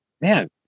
man